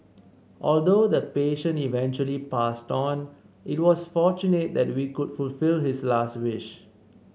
although the pation eventually passed on it was fortunate that we could fulfil his last wish